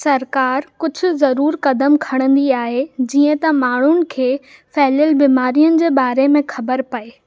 सरकारु कुझु ज़रूर कदम खणंदी आहे जीअं त माण्हुनि खे फैलियलु बीमारियुनि जे बारे में ख़बर पए